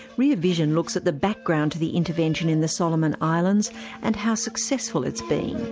rear vision looks at the background to the intervention in the solomon islands and how successful it's been.